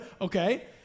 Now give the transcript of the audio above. Okay